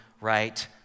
right